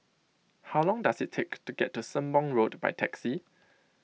how long does it take to get to Sembong Road by taxi